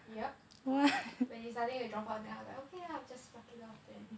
yup when it's starting to drop out then I'm like okay ah I'll just pluck it off then